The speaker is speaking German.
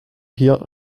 hier